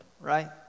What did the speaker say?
right